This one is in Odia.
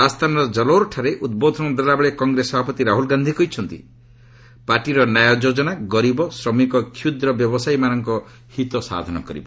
ରାଜସ୍ଥାନର କଲୋର୍ଠାରେ ଉଦ୍ବୋଧନ ଦେଲାବେଳେ କଂଗ୍ରେସ ସଭାପତି ରାହୁଲ୍ ଗାନ୍ଧି କହିଛନ୍ତି ପାର୍ଟିର ନ୍ୟାୟ ଯୋଜନା ଗରିବ ଶ୍ରମିକ ଓ କ୍ଷୁଦ୍ର ବ୍ୟବସାୟୀମାନଙ୍କ ହିତ ସାଧନ କରିବ